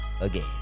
Again